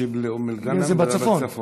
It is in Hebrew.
שיבלי-אום אל-גנם זה בצפון.